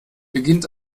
beginnt